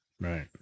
right